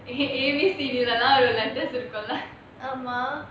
you c~ இருக்கும்ல ஆமா:irukumla aama